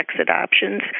adoptions